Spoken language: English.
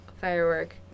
firework